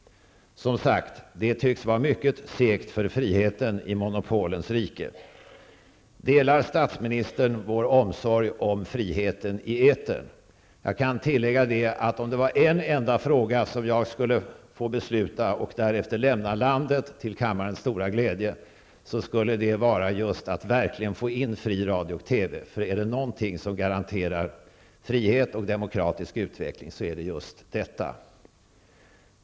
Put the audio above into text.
Det tycks, som sagt, vara mycket segt för friheten i monopolens rike. Delar statsministern vår omsorg om friheten i etern? Om jag i en enda fråga skulle få besluta och därefter lämna landet, till kammarens stora glädje, skulle det vara att få en verkligt fri radio och TV. Är det någonting som garanterar friheten och den demokratiska utvecklingen är det just detta.